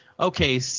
Okay